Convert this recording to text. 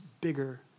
bigger